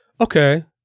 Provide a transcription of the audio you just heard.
Okay